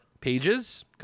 pages